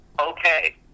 Okay